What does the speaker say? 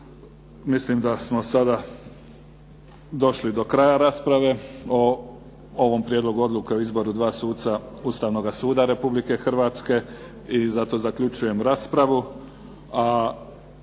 mislim da smo sada došli do kraja rasprave o ovom Prijedlogu odluke o izboru dva suca Ustavnoga suda Republike Hrvatske i zato zaključujem raspravu,